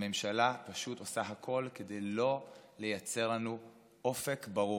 הממשלה פשוט עושה הכול כדי לא לייצר לנו אופק ברור,